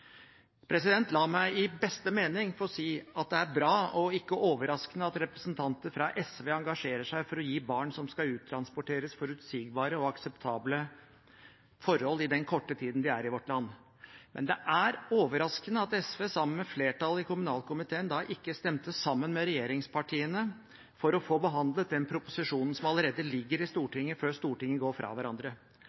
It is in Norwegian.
La meg i beste mening få si at det er bra, og ikke overraskende, at representanter fra SV engasjerer seg for å gi barn som skal uttransporteres, forutsigbare og akseptable forhold i den korte tiden de er i vårt land. Men det er overraskende at SV sammen med flertallet i kommunalkomiteen da ikke stemte sammen med regjeringspartiene for å få behandlet den proposisjonen som allerede ligger i Stortinget, før Stortinget går fra hverandre.